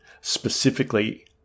specifically